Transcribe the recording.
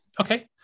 okay